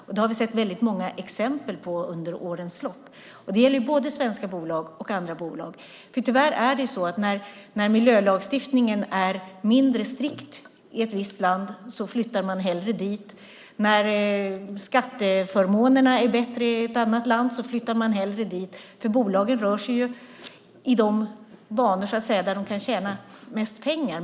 Det har vi sett väldigt många exempel på under årens lopp. Det gäller både svenska bolag och andra bolag. När miljölagstiftningen är mindre strikt i ett visst land flyttar man hellre dit. När skatteförmånerna är bättre i ett annat land flyttar man hellre dit. Bolagen rör sig i de banor där de kan tjäna mest pengar.